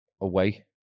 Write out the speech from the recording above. away